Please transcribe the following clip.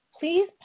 please